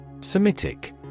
Semitic